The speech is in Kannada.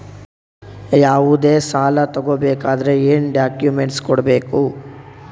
ಯಾವುದೇ ಸಾಲ ತಗೊ ಬೇಕಾದ್ರೆ ಏನೇನ್ ಡಾಕ್ಯೂಮೆಂಟ್ಸ್ ಕೊಡಬೇಕು?